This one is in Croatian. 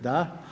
Da.